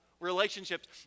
relationships